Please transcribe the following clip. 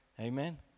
Amen